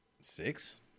six